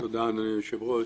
תודה אדוני היושב-ראש.